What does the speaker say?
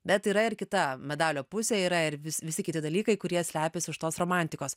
bet yra ir kita medalio pusė yra ir visi kiti dalykai kurie slepiasi už tos romantikos